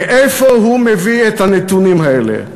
מאיפה הוא מביא את הנתונים האלה?